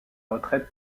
retraite